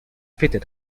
fitted